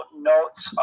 notes